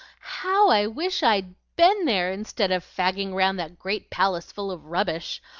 how i wish i'd been there, instead of fagging round that great palace full of rubbish!